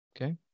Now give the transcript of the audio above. Okay